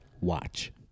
watch